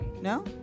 No